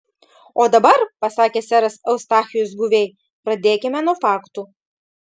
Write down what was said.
o dabar pasakė seras eustachijus guviai pradėkime nuo faktų